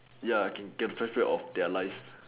ya can get get rid of their life